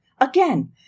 Again